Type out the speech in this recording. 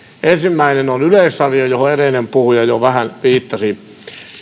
ensimmäinen on yleisradio johon edellinen puhuja jo vähän viittasi